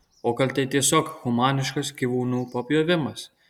o gal tai tiesiog humaniškas gyvūnų papjovimas